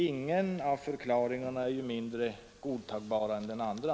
Ingen av förklaringarna är mindre märklig än den andra.